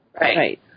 Right